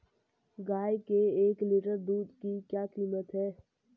गाय के एक लीटर दूध की क्या कीमत है?